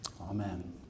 amen